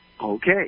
okay